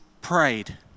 prayed